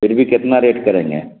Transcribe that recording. پھر بھی کتنا ریٹ کریں گے